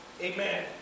amen